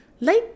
light